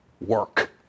work